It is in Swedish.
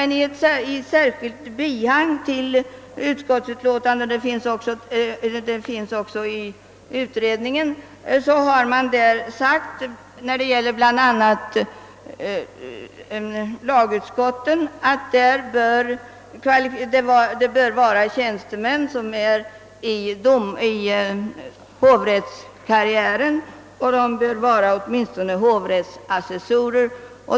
I en särskild bilaga till utskottsutlåtandet, vilken även är medtagen i organisationsutredningens betänkande, har man emellertid beträffande lagutskotten bl.a. uttalat att det bör vara fråga om tjänstemän, som befinner sig i hovrättskarriären och som åtminstone är hovrättsassessorer.